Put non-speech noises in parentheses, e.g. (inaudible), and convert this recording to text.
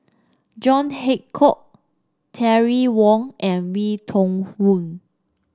John Hitchcock Terry Wong and Wee Toon (unintelligible)